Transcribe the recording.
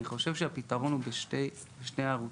אני חושב שהפיתרון הוא בשני הערוצים.